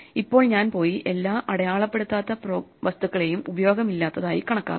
ഇപ്പോൾ ഞാൻ പോയി എല്ലാ അടയാളപ്പെടുത്താത്ത വസ്തുക്കളെയും ഉപയോഗമില്ലാത്തതായി കണക്കാകാം